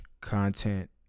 content